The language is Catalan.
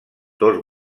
dos